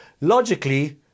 logically